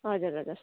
हजुर हजुर